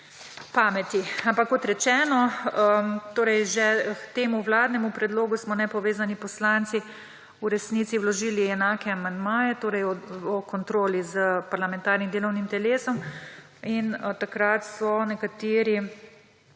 pameti. Kot rečeno, že k temu vladnemu predlogu smo nepovezani poslanci v resnici vložili enake amandmaje, torej o kontroli z parlamentarnim delovnim telesom, in takrat so nekateri